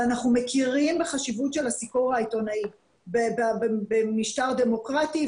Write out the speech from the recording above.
ואנחנו מכירים בחשיבות של הסיקור העיתונאי במשטר דמוקרטי,